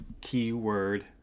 keyword